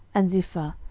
and ziphah,